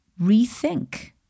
rethink